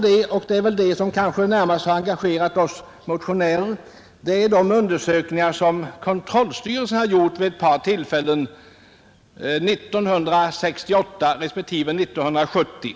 Det som mest har engagerat oss motionärer är de undersökningar som kontrollstyrelsen gjort vid ett par tillfällen, nämligen 1968 och 1970.